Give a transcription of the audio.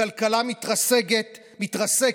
הכלכלה מתרסקת.